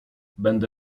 będę